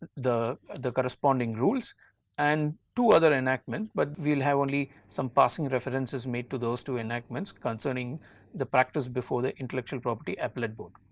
the the corresponding rules and two other enactment, but we will have only some passing references made to those two enactments concerning the practice before the intellectual property appellate board.